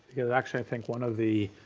because actually i think one of the,